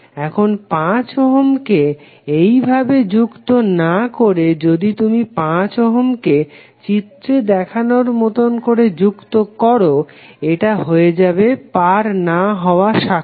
এখন 5 ওহমকে এইভাবে যুক্ত না করে যদি তুমি 5 ওহমকে চিত্রে দেখানোর মতো করে যুক্ত করো এটা হয়ে যাবে পার না হওয়া শাখা